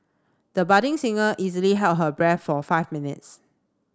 the budding singer easily held her breath for five minutes